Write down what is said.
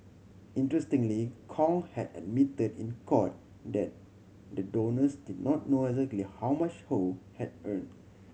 interestingly Kong had admitted in court that the donors did not know exactly how much Ho had earn